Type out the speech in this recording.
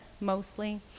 mostly